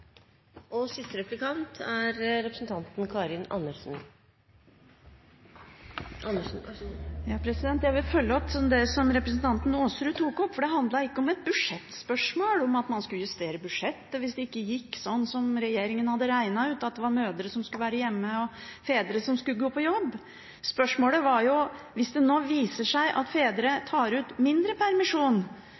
Jeg vil følge opp det som representanten Aasrud tok opp, for det handlet ikke om et budsjettspørsmål – at man skulle justere budsjettet hvis det ikke gikk slik som regjeringen hadde regnet ut, at det var mødrene som skulle være hjemme, og at det var fedrene som skulle gå på jobb. Spørsmålet var: Hvis det nå viser seg at fedre tar ut mindre permisjon,